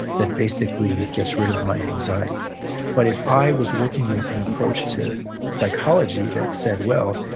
that basically gets rid of my anxiety but if i was working with an approach to psychology that said, well,